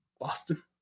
Boston